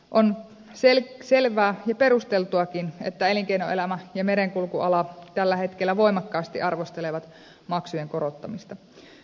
on selvää ja perustel tuakin että elinkeinoelämä ja merenkulkuala tällä hetkellä voimakkaasti arvostelevat maksujen korottamista